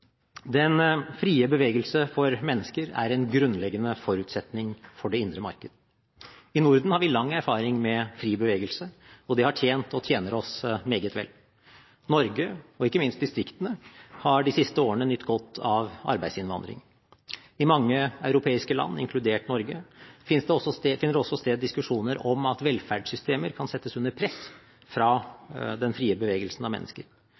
Den frie bevegelse for mennesker er en grunnleggende forutsetning for det indre marked. I Norden har vi lang erfaring med fri bevegelse, og det har tjent og tjener oss meget vel. Norge, og ikke minst distriktene, har de siste årene nytt godt av arbeidsinnvandring. I mange europeiske land, inkludert Norge, finner det også sted diskusjoner om at velferdssystemer kan settes under press fra den frie bevegelsen av mennesker.